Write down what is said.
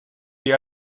die